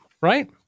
right